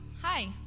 Hi